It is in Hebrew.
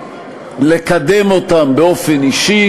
לקדם אותם באופן אישי,